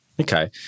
Okay